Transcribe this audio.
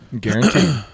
Guaranteed